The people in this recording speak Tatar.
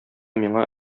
миңа